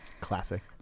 Classic